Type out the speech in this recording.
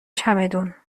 چمدون